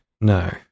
no